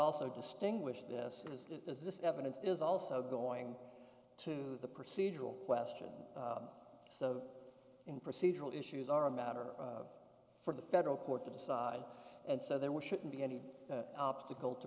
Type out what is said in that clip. also distinguish this as this evidence is also going to the procedural question so in procedural issues are a matter for the federal court to decide and so there was shouldn't be any obstacle to